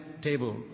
table